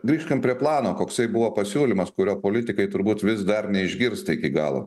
grįžkim prie plano koksai buvo pasiūlymas kurio politikai turbūt vis dar neišgirsta iki galo